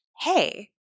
hey